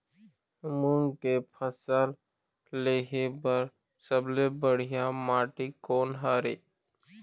मूंग के फसल लेहे बर सबले बढ़िया माटी कोन हर ये?